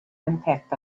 impact